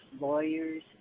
lawyers